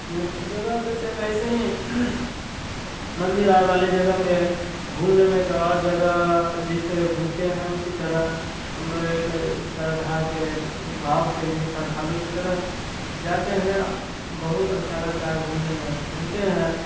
तो सब जगह पर ऐसे ही मन्दिर वाले जगह पर घूमने में तो और जगह जैसे घूमते हैं इस तरह हम लोग एक श्रद्धा के भाव से ही श्रद्धालु की तरह जाते हैं बहुत अच्छा लगता है घूमने में घूमते हैं